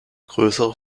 größere